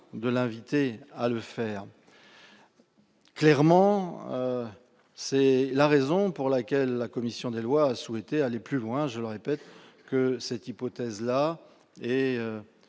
de l'inviter à le faire. C'est la raison pour laquelle la commission des lois a souhaité aller plus loin que cette hypothèse-là, et